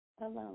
Alone